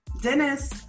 Dennis